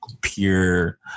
pure